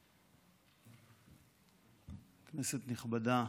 כנסת נכבדה,